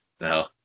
No